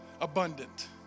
abundant